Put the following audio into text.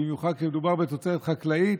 במיוחד כשמדובר בתוצרת חקלאית,